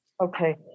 Okay